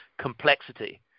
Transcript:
complexity